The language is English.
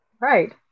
Right